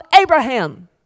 Abraham